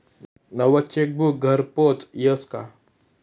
नवं चेकबुक घरपोच यस का?